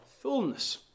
fullness